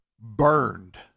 burned